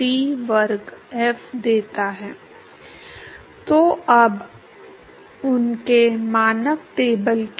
इसलिए यदि मुझे स्थानीय घर्षण गुणांक पता है तो मुझे यह अनुमान लगाने में सक्षम होना चाहिए कि उस स्थान तक औसत घर्षण गुणांक क्या है